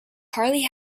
hardly